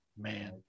Man